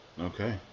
Okay